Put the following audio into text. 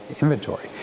inventory